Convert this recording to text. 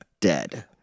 dead